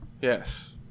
Yes